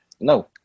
No